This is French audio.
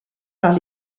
par